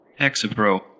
Hexapro